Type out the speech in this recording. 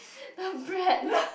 the bread